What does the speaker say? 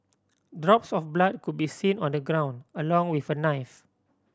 drops of blood could be seen on the ground along with a knife